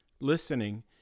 listening